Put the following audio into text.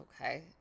Okay